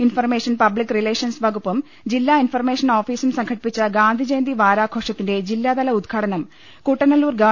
information public relations വകുപ്പും ജില്ലാ information office സംഘടിപ്പിച്ച ഗാന്ധിജയന്തി വാരാഘോഷത്തിന്റെ ജില്ലാതല ഉദ്ഘാടനം കുട്ടനെല്ലൂർ ഗവ